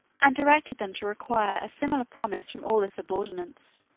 and directed them to require a similar promise from all their subordinates.